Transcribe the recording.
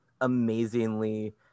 amazingly